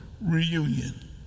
reunion